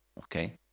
Okay